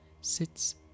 sits